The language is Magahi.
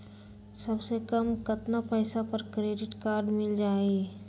सबसे कम कतना पैसा पर क्रेडिट काड मिल जाई?